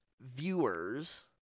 viewers